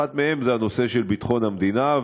אחת מהן זה הנושא של ביטחון המדינה,